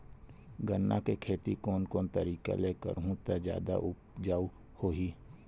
गन्ना के खेती कोन कोन तरीका ले करहु त जादा उपजाऊ होही?